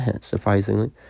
surprisingly